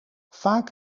vaak